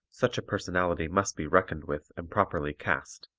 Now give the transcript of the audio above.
such a personality must be reckoned with and properly cast,